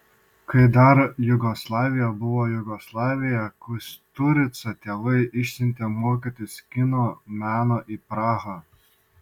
kai dar jugoslavija buvo jugoslavija kusturicą tėvai išsiuntė mokytis kino meno į prahą